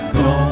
go